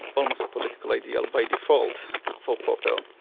almost a political ideal by default, for popper.